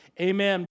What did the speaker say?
Amen